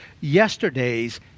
yesterday's